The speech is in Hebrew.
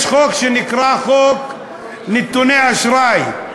יש חוק שנקרא חוק נתוני אשראי,